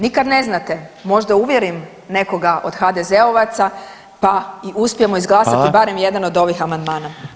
Nikad ne znate, možda uvjerim nekoga od HDZ-ovaca pa i uspijemo izglasati barem jedan od ovih amandmana.